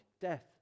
death